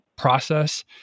process